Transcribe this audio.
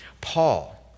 Paul